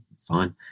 Fine